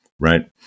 right